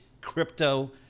crypto